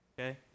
okay